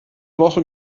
woche